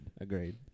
agreed